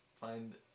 Find